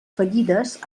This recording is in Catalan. fallides